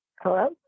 Hello